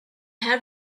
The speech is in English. have